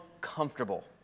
comfortable